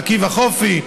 עקיבא חופי,